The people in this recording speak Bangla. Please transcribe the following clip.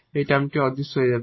এই টার্মটি অদৃশ্য হয়ে যাবে